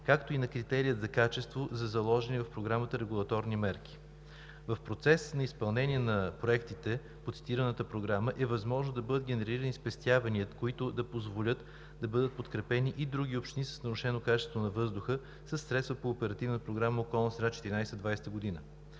както и на критерия за качество за заложени в програмата регулаторни мерки. В процеса на изпълнение на проектите по цитираната програма е възможно да бъдат генерирани спестявания, които да позволят да бъдат подкрепени и други общини с нарушено качество на въздуха със средства по Оперативна програма „Околна среда 2014 – 2020 г.“